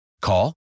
Call